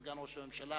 סגן ראש הממשלה,